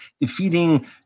defeating